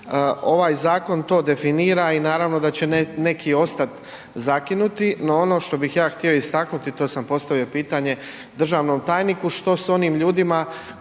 Ovaj zakon to definira i naravno da će neki ostati zakinuti. No, ono što bih ja htio istaknuti, to sam postavio pitanje državnom tajniku, što s onim ljudima